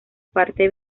parte